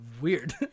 weird